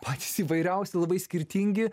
patys įvairiausi labai skirtingi